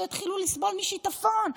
שיתחיל לסבול משיטפון,